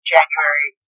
January